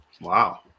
Wow